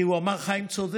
כי הוא אמר: חיים צודק.